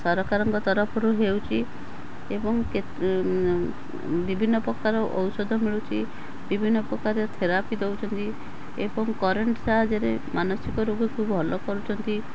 ସରକାରଙ୍କ ତରଫରୁ ହେଉଛି ଏବଂ ବିଭିନ୍ନ ପ୍ରକାର ଔଷଧ ମିଳୁଛି ବିଭିନ୍ନ ପ୍ରକାର ଥେରାପି ଦେଉଛନ୍ତି ଏବଂ କରେଣ୍ଟ୍ ସାହାଯ୍ୟରେ ମାନସିକ ରୋଗୀକୁ ଭଲ କରୁଛନ୍ତି